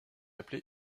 appelé